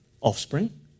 Offspring